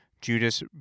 judas